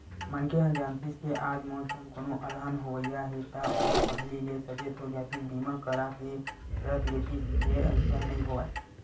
मनखे ह जानतिस के आज मोर संग कोनो अलहन होवइया हे ता ओहा पहिली ले सचेत हो जातिस बीमा करा के रख लेतिस फेर अइसन नइ होवय